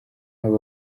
naho